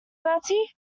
bertie